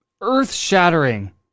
earth-shattering